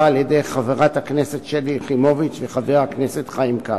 על-ידי חברת הכנסת שלי יחימוביץ וחבר הכנסת חיים כץ.